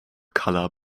colour